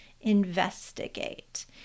investigate